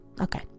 Okay